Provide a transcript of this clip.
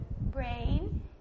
brain